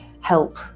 help